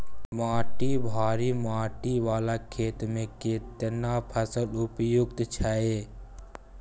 माटी भारी माटी वाला खेत में केना फसल उपयुक्त छैय?